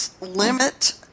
limit